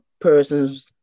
persons